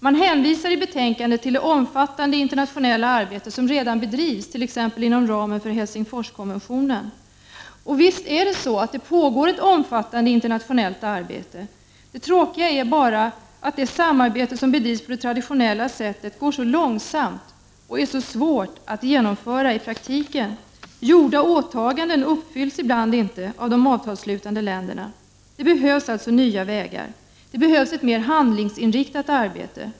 Man hänvisar i betänkandet till det omfattande internationella arbete som redan bedrivs, t.ex. inom ramen för Helsingforskonventionen. Och visst pågår det ett omfattande internationellt arbete. Det tråkiga är bara att det samarbete som bedrivs på det traditionella sättet går så långsamt och är så svårt att genomföra i praktiken. Gjorda åtaganden uppfylls ibland inte av de avtalsslutande länderna. Det behövs alltså nya vägar. Det behövs ett mer handlingsinriktat arbete.